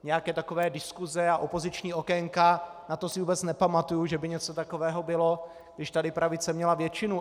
Nějaké takové diskuse a opoziční okénka, na to si vůbec nepamatuji, že by něco takového bylo, když tady pravice měla většinu.